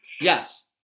Yes